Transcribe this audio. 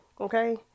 okay